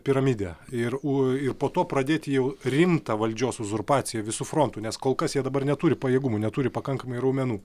piramidę ir u ir po to pradėti jau rimtą valdžios uzurpaciją visu frontu nes kol kas jie dabar neturi pajėgumų neturi pakankamai raumenų